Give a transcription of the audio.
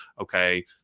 okay